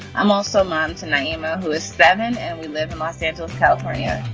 i'm also mom to nyima, who is seven, and we live in los angeles, california,